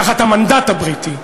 תחת המנדט הבריטי.